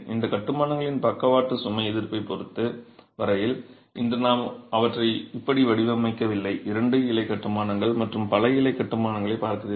இந்த கட்டுமானங்களின் பக்கவாட்டு சுமை எதிர்ப்பைப் பொறுத்த வரையில் இன்று நாம் அவற்றை இப்படி வடிவமைக்கவில்லை இரண்டு இலை கட்டுமானங்கள் மற்றும் பல இலை கட்டுமானங்களைப் பார்க்கிறீர்கள்